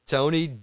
Tony